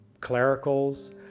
clericals